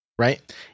Right